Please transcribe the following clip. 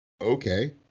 Okay